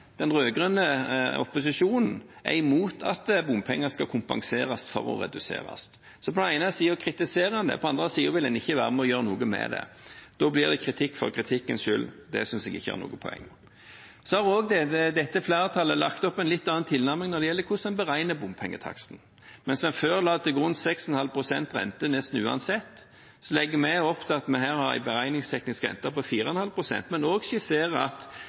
den rød-grønne opposisjonen er imot at bompenger skal kompenseres for å reduseres. På den ene siden kritiserer en det, og på den andre siden vil en ikke være med på å gjøre noe med det. Da blir det kritikk for kritikkens skyld, og det synes jeg ikke er noe poeng. Så har dette flertallet en litt annen tilnærming når det gjelder hvordan man beregner bompengetaksten. Mens en før la til grunn 6,5 pst. rente nesten uansett, legger vi opp til at vi her har en beregningsteknisk rente på 4,5 pst., men skisserer at